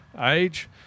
age